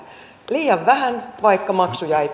liian vähän vaikka maksuja ei